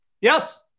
Yes